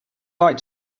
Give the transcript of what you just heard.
like